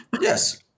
Yes